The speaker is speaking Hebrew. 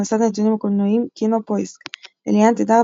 במסד הנתונים הקולנועיים KinoPoisk אליאנה תדהר,